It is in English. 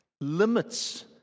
limits